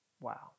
Wow